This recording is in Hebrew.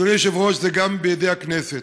אדוני היושב-ראש, זה גם בידי הכנסת.